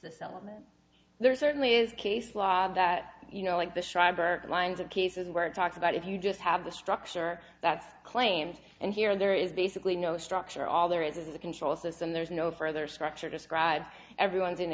this element there certainly is case law that you know like the schreiber lines of cases where it talks about if you just have the structure that's claimed and here there is basically no structure all there is in the control system there's no further structure described everyone is in